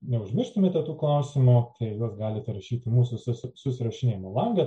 neužmirštumėte tų klausimų tai juos galite rašyti į mūsų susi susirašinėjimų langą